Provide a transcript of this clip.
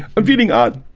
i'm feeling odd.